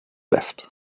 left